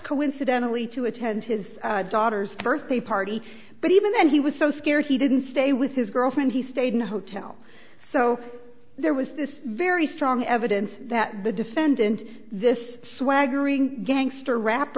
coincidentally to attend his daughter's birthday party but even then he was so scared he didn't stay with his girlfriend he stayed in a hotel so there was this very strong evidence that the defendant this swaggering gangster rap